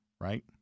right